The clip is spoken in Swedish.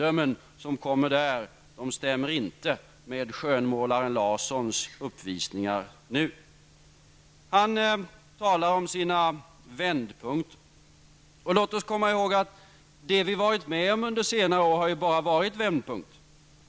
Det är ganska förödande omdömen. De stämmer inte med skönmålaren Larssons uppvisningar nu. Han talar om sina vändpunkter. Låt oss komma ihåg att det vi har varit med om under senare år bara har varit vändpunkter.